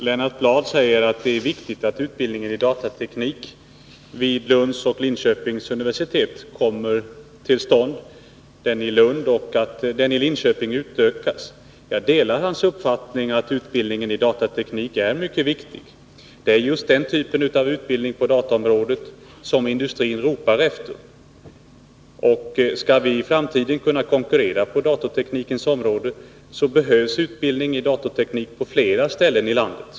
Herr talman! Lennart Bladh säger att det är viktigt att utbildningen i datateknik vid Lunds universitet kommer till stånd och att den motsvarande utbildningen vid Linköpings universitet utökas. Jag delar hans uppfattning att utbildningen i datateknik är mycket viktig. Det är just den typen av utbildning på dataområdet som industrin ropar efter. Skall vi i framtiden kunna konkurrera på datateknikens område, behövs utbildning i datorteknik på flera ställen i landet.